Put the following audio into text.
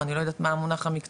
או אני לא יודעת מה המונח המקצועי,